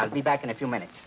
i'll be back in a few minutes